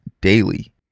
daily